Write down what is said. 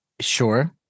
Sure